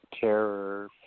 terror